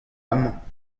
amañ